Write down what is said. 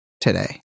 today